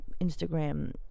Instagram